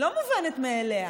לא מובנת מאליה.